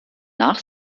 nach